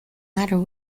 matter